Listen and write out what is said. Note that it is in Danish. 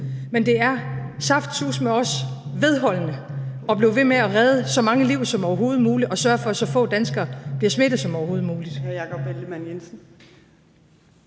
men det er saftsuseme også vedholdende at blive ved med at redde så mange liv som overhovedet muligt og sørge for, at så få danskere som overhovedet muligt